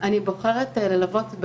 עוד לא דיברתי עם חיסכון למשק בשעות עבודה